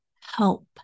help